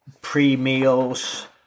pre-meals